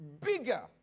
bigger